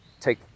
take